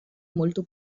molto